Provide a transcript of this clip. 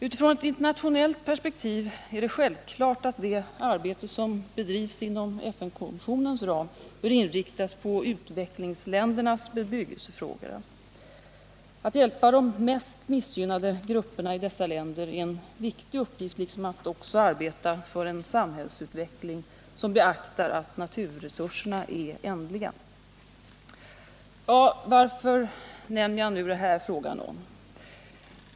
Utifrån ett internationellt perspektiv är det självklart att det arbete som bedrivs inom FN-kommissionens ram bör inriktas på utvecklingsländernas bebyggelsefrågor. Att hjälpa de mest missgynnade grupperna i dessa länder är en viktig uppgift, liksom att också arbeta för en samhällsutveckling som beaktar att naturresurserna är ändliga. Varför nämner jag nu den här frågan?